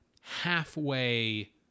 halfway